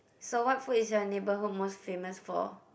so what food is your neighbourhood most famous for